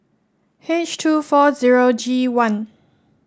H two four zero G one